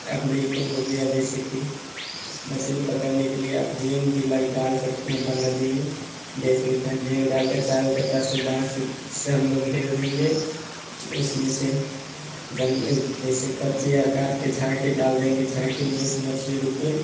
आब नहीं तो हो गया जैसे कि मछली पकड़ने के लिए आप जिंग भी लग डाल सकते हैं अपन नदी में जैसे कि न जिंग डालकर चारु कत्ता से बाँस से हम लोग घेर देंगे उसमें से जं अ ए जैसे करची आर काटकर झाँकी डाल देंगे झाँखी में जैसे मछली रुके